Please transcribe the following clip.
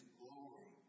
glory